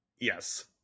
Yes